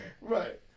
Right